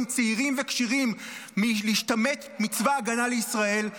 צעירים וכשרים להשתמט מצבא ההגנה לישראל,